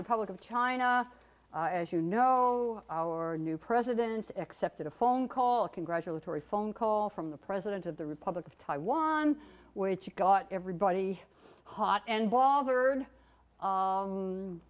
republic of china as you know our new president accepted a phone call a congratulatory phone call from the president of the republic of taiwan which got everybody hot and bothered